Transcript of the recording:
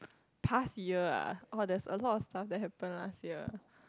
past year ah !wah! there's a lot of stuff happen last year